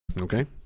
Okay